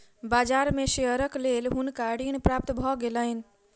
बाजार में शेयरक लेल हुनका ऋण प्राप्त भ गेलैन